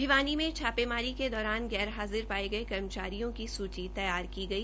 भिवानी में छापामारी के दौरान गैरहाजिर पाये गये कर्मचारियों की सूची तैयार की गई